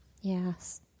Yes